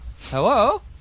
Hello